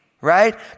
right